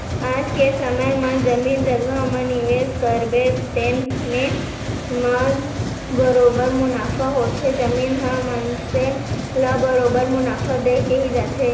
आज के समे म जमीन जघा म निवेस करबे तेने म बरोबर मुनाफा होथे, जमीन ह मनसे ल बरोबर मुनाफा देके ही जाथे